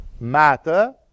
matter